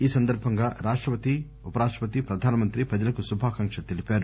ఈ సందర్బంగా రాష్టపతి ఉపరాష్టపతి ప్రధానమంత్రి ప్రజలకు శుభాకాంక్షలు తెలిపారు